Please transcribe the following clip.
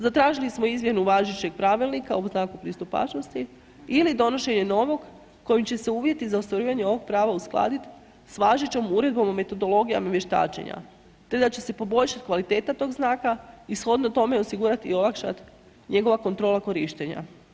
Zatražili smo izmjenu važećeg pravilnika o znaku pristupačnosti ili donošenje novog kojim će se uvjeti za ostvarivanje ovog prava uskladiti sa važećom uredbom o metodologijama vještačenja te da će se poboljšati kvaliteta tog znaka i shodno tome osigurati i olakšat njegova kontrola korištenja.